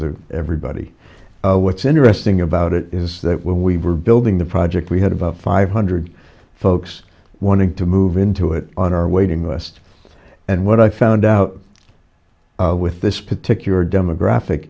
to everybody what's interesting about it is that when we were building the project we had about five hundred folks wanting to move into it on our waiting list and what i found out with this particular demographic